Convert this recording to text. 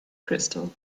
crystal